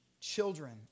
children